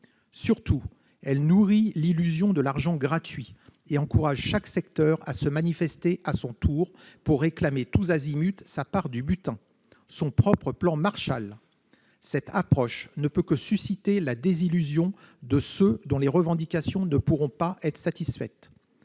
Surtout, elle nourrit l'illusion de l'argent gratuit et encourage chaque secteur à se manifester à son tour pour réclamer tous azimuts sa part du butin, son propre plan Marshall. Cette approche ne peut que susciter la désillusion de ceux dont les revendications ne pourront être satisfaites.